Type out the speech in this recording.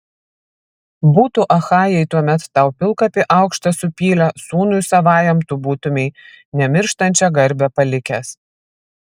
būtų achajai tuomet tau pilkapį aukštą supylę sūnui savajam tu būtumei nemirštančią garbę palikęs